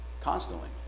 Constantly